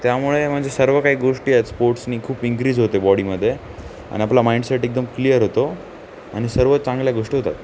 त्यामुळे म्हणजे सर्व काही गोष्टी आहेत स्पोर्ट्सनी खूप इन्क्रीज होते बॉडीमध्ये आणि आपला माइंडसेट एकदम क्लिअर होतो आणि सर्व चांगल्या गोष्टी होतात